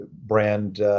brand